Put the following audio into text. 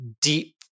deep